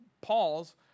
Paul's